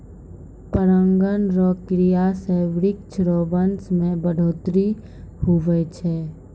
परागण रो क्रिया से वृक्ष रो वंश मे बढ़ौतरी हुवै छै